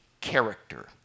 character